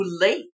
late